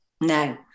no